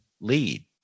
lead